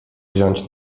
wziąć